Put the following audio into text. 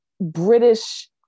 British